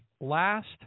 last